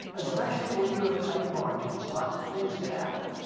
especially when you have tight margins. lots of things can happen.